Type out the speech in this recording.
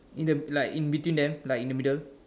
in the like in between them like in the middle